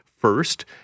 first